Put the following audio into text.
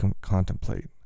contemplate